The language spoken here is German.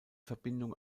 verbindung